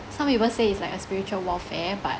some people say it's like a spiritual warfare but